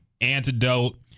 Antidote